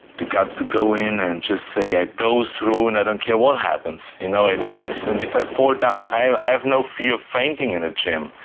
the guts to go in and just say i go through and i don't care what happens. you know it aches and if i fall down, i have no fear of feinting in a gym.